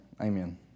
Amen